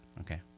Okay